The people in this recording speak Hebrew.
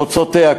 תוצאותיה,